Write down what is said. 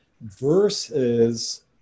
versus